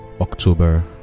October